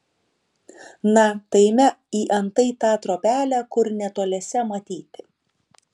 na tai eime į antai tą trobelę kur netoliese matyti